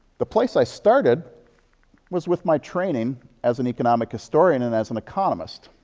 the place i started was with my training as an economic historian and as an economist.